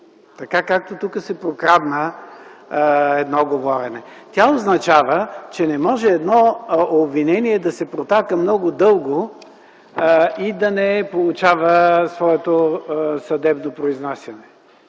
така както тук се прокрадна едно говорене. Тя означава, че не може едно обвинение да се протака много дълго и да не получава своето съдебно произнасяне.